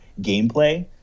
gameplay